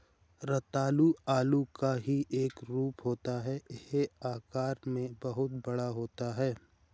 रतालू आलू का ही एक रूप होता है यह आकार में बहुत बड़ा होता है